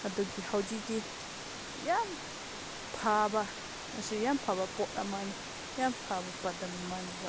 ꯑꯗꯨꯒꯤ ꯍꯧꯖꯤꯛꯇꯤ ꯌꯥꯝ ꯐꯕ ꯑꯁꯤ ꯌꯥꯝ ꯐꯕ ꯄꯣꯠ ꯑꯃꯅꯤ ꯌꯥꯝ ꯐꯕ ꯄꯥꯟꯗꯝ ꯑꯃꯅꯦꯕ